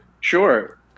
Sure